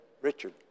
Richard